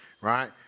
right